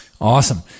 Awesome